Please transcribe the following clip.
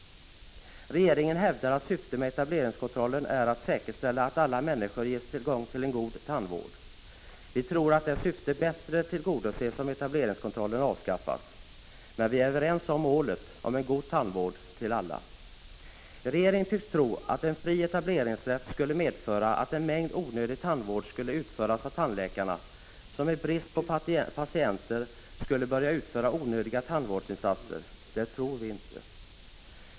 Regeringen hävdar att syftet med etableringskontrollen är att säkerställa att alla människor ges tillgång till en god tandvård. Vi tror att det syftet bättre tillgodoses om etableringskontrollen avskaffas. Men vi är överens om målet om en god tandvård till alla. Regeringen tycks tro att en fri etableringsrätt skulle medföra att en mängd onödig tandvård skulle utföras av tandläkarna, som i brist på patienter skulle börja göra obehövliga tandvårdsinsatser. Det tror inte vi.